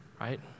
right